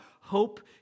hope